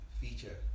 feature